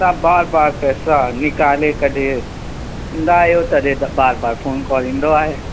तव्हां बार बार पैसा निकाले कढे ईंदा आहियो तॾहिं त बार बार फ़ोन कॉल ईंदो आहे